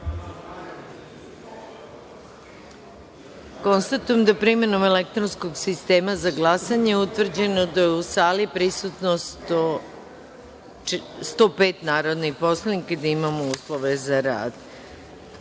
da je, primenom elektronskog sistema za glasanje, utvrđeno da je u sali prisutno105 narodnih poslanika, i da imamo uslove za